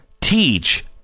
teach